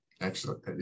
excellent